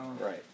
right